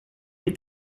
est